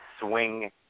swing